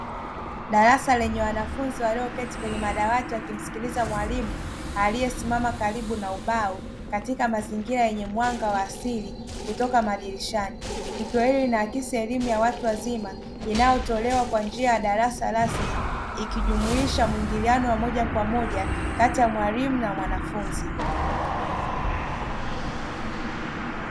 Darasa lenye wanafunzi walioketi kwenye madawati wakimsikiliza mwalimu aliyesimama karibu na ubao katika mazingira yenye mwanga wa asili kutoka madirishani, tukio hili linaakisi elimu ya watu wazima inayotolewa kwa njia ya darasa rasmi ikijumuisha muingiliano wa moja kwa moja kati ya mwalimu na mwanafunzi.